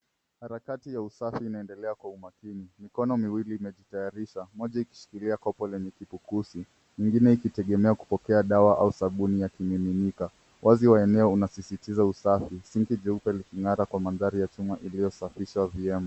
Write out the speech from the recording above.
Harakati ya usafi imeandaliwa kwa umakini. Mikono miwili imejitayarisha, moja ikishikilia kopo lenye kifukusi nyingine ikitegemea kupokea dawa au sabuni ya kimiminika. Uwazi wa eneo unasisitiza usafi, sinki jeupe liking'ara kwa mandhari ya chuma iliyosafishwa vyema.